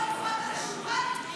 רם, רם, רם, בן ברק,